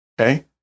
okay